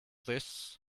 this